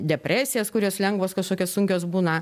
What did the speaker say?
depresijas kurios lengvos kažkokios sunkios būna